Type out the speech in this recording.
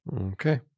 Okay